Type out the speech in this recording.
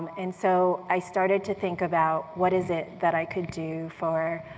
and so, i started to think about what is it that i could do for